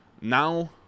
now